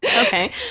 okay